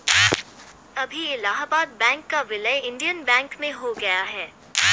अभी इलाहाबाद बैंक का विलय इंडियन बैंक में हो गया है